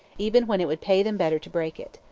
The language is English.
even when it would pay them better to break it.